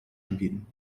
anbieten